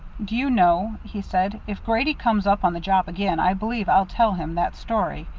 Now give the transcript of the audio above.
do you know, he said, if grady comes up on the job again, i believe i'll tell him that story?